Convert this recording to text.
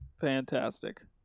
Fantastic